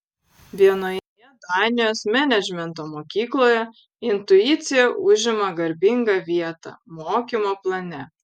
vienoje danijos menedžmento mokykloje intuicija užima garbingą vietą mokymo plane